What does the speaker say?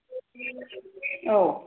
औ